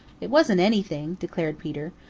it wasn't anything, declared peter.